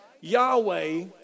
Yahweh